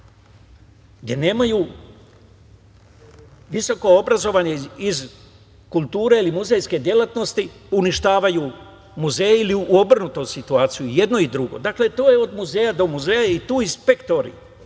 gde nemaju, visokoobrazovni iz kulture ili muzejske delatnosti uništavaju muzeje i obrnuto, i jedno i drugo. Dakle, to je od muzeja do muzeja i tu inspekcije